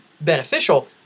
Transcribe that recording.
beneficial